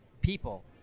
people